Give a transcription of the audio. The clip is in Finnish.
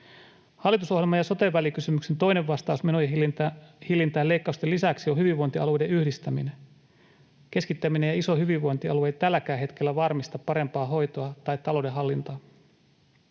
Hallitusohjelman ja sote-välikysymyksen toinen vastaus menojen hillintään leikkausten lisäksi on hyvinvointialueiden yhdistäminen. Keskittäminen ja iso hyvinvointialue ei tälläkään hetkellä varmista parempaa hoitoa tai talouden hallintaa.